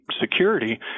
security